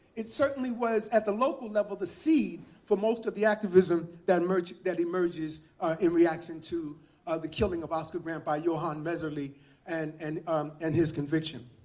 it certainly was at the local level the seed for most of the activism that emerges that emerges in reaction to the killing of oscar grant by johan messerly and and and his conviction.